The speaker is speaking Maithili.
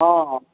हँ